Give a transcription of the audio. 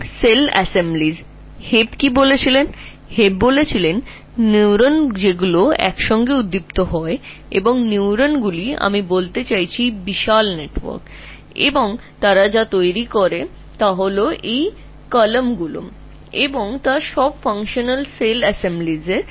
Hebb বলেছিলেন নিউরনগুলো সব একসাথে ফায়ার করে এবং এই নিউরনগুলি আমি বোঝাতে চাইছিলাম নিউরনের এই বিশাল নেটওয়ার্কটি এই কলামগুলি গঠন করে এবং সেখানে কার্যকরী সেল অ্যাসেম্বলিগুলি রয়েছে